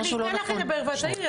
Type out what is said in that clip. אז אני אתן לך לדבר ואת תגידי.